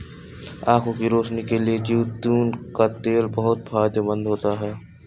आंखों की रोशनी के लिए जैतून का तेल बहुत फायदेमंद होता है